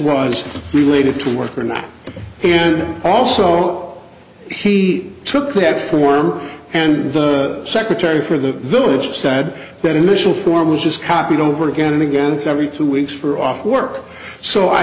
was related to work or not and also he took that form and the secretary for the village said that initial form was just copied over again and again it's every two weeks for off work so i